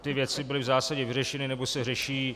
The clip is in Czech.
Ty věci byly v zásadě vyřešeny nebo se řeší.